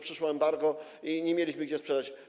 Przyszło embargo i nie mieliśmy gdzie sprzedać.